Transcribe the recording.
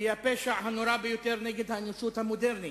היא הפשע הנורא ביותר נגד האנושות המודרנית,